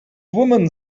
woman